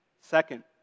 Second